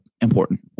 important